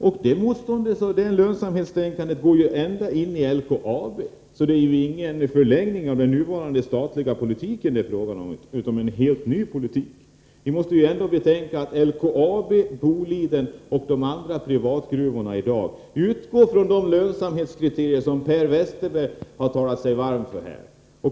Detta lönsamhetstänkande och motstånd går ända in i LKAB, så det är inte fråga om någon förlängning av den nuvarande statliga politiken, utan om en helt ny politik. Vi måste betänka att LKAB, Boliden och de andra privata gruvorna i dag utgår från de lönsamhetskriterier som Per Westerberg här har talat sig varm för.